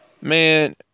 man